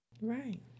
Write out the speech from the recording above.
Right